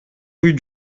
rue